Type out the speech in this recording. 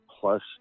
plus